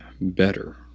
better